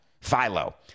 Philo